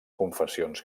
confessions